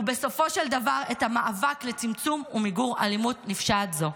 ובסופו של דבר את המאבק לצמצום ומיגור אלימות נפשעת זו.